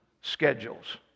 schedules